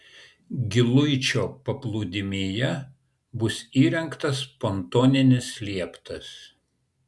giluičio paplūdimyje bus įrengtas pontoninis lieptas